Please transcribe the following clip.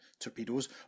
torpedoes